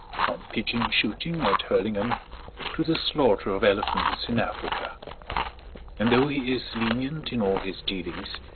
from pigeon-shooting at hurlingham to the slaughter of elephants in africa and though he is lenient in all his dealings,